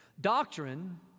Doctrine